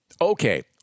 Okay